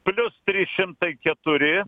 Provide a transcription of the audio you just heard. plius trys šimtai keturi